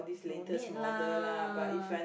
no need lah